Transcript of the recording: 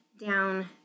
down